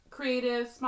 Creative